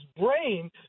brain